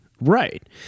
Right